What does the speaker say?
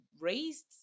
raised